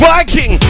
Viking